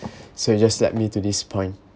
so you just led me to this point